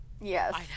Yes